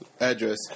address